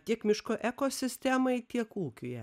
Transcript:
tiek miško ekosistemai tiek ūkyje